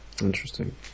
Interesting